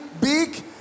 big